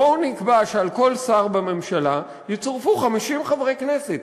בואו נקבע שעל כל שר בממשלה יצורפו 50 חברי כנסת.